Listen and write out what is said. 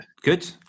good